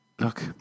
Look